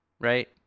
Right